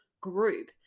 group